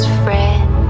friend